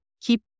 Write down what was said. keep